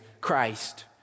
Christ